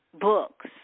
books